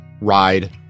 ride